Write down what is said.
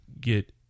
get